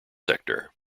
sector